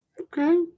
Okay